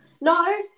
No